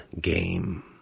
game